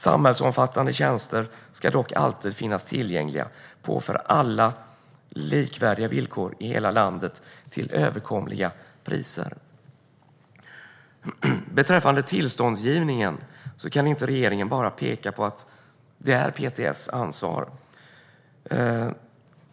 Samhällsomfattande tjänster skall dock alltid finnas tillgängliga på för alla likvärdiga villkor i hela landet till överkomliga priser." Beträffande tillståndsgivningen kan regeringen inte bara peka på att det är PTS ansvar.